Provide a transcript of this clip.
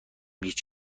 هیچ